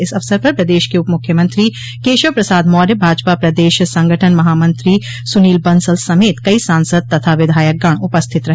इस अवसर पर प्रदेश के उप मुख्यमंत्री केशव प्रसाद मौर्य भाजपा प्रदेश संगठन महामंत्री सुनील बंसल समेत कई सांसद तथा विधायकगण उपस्थित रहे